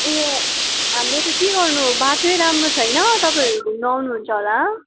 उयो हाम्रो त के गर्नु बाटो राम्रो छैन तपाईँहरू घुम्नु आउनु हुन्छ होला